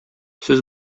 сез